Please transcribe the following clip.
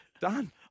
Done